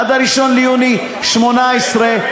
עד 1 ביוני 18',